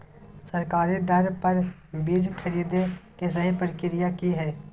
सरकारी दर पर बीज खरीदें के सही प्रक्रिया की हय?